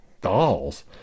dolls